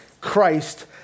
Christ